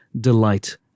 delight